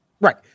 Right